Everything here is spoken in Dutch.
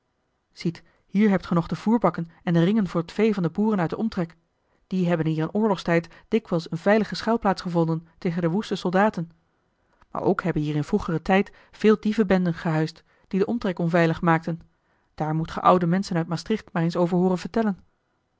ziet hier hebt ge nog de voerbakken en de ringen voor het vee van de boeren uit den omtrek die hebben hier in oorlogstijd dikwijls eene veilige schuilplaats gevonden tegen de woeste soldaten maar ook hebben hier in vroegeren tijd veel dievenbenden gehuisd die den omtrek onveilig maakten daar moet ge oude menschen uit maastricht maar eens over hooren vertellen